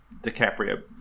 dicaprio